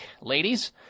Ladies